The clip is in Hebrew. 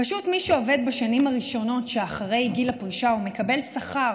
פשוט מי שעובד בשנים הראשונות שאחרי גיל הפרישה ומקבל שכר